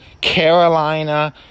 Carolina